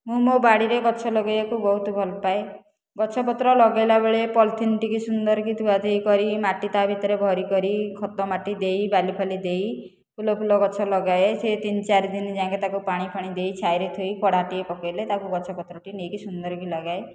ମୁଁ ମୋ ବାଡ଼ିରେ ଗଛ ଲଗେଇବାକୁ ବହୁତ ଭଲ ପାଏ ଗଛ ପତ୍ର ଲଗେଇଲା ବେଳେ ପଲିଥିନ୍ ଟିକୁ ସୁନ୍ଦର ଭାବରେ ଧୁଆ ଧୁଇ କରି ମାଟି ତା' ଭିତରେ ଭରି କରି ଖତ ମାଟି ଦେଇ ବାଲି ଫାଲି ଦେଇ ଫୁଲ ଫୁଲ ଗଛ ଲଗାଏ ସେ ତିନି ଚାରି ଦିନ ଯାଏଁକେ ତାକୁ ପାଣି ଫାଣି ଦେଇ ଛାଇରେ ଥୋଇ ଖରାରେ ଟିକିଏ ପକେଇଲେ ତାକୁ ଗଛ ପତ୍ର ନେଇକି ସୁନ୍ଦର କି ଲଗାଏ